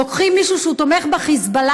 לוקחים מישהו שהוא תומך בחיזבאללה,